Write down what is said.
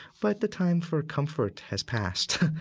but the time for comfort has passed